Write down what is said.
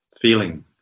feeling